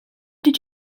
did